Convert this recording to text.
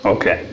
Okay